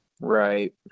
Right